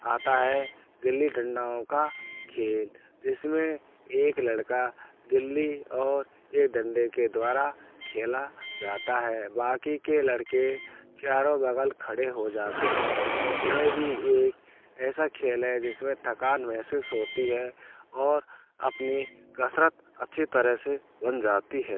आता है गिल्ली डंडाओं का खेल जिसमें एक लड़का गिल्ली और एक डंडे दे द्वारा खेला जाता है बाकी के लड़के चारों बगल खड़े हो जाते हैं यह भी एक ऐसा खेल है जिसमें थकान महसूस होती है और अपनी कसरत अच्छी तरह से बन जाती है